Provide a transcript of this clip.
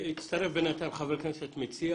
הצטרף אלינו חבר כנסת מציע,